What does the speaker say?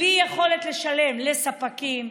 בלי יכולת לשלם לספקים,